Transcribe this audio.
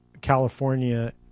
California